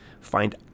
find